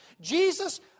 Jesus